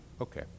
Okay